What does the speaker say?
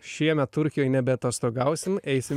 šiemet turkijoj nebeatostogausim eisim